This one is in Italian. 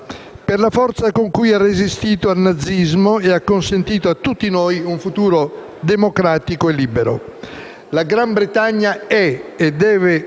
per la forza con cui ha resistito al nazismo ed ha consentito a tutti noi un futuro democratico e libero. Il Regno Unito è e deve